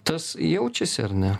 tas jaučiasi ar ne